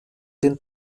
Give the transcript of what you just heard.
den